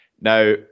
now